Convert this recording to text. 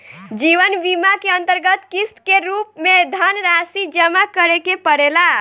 जीवन बीमा के अंतरगत किस्त के रूप में धनरासि जमा करे के पड़ेला